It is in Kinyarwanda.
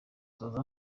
south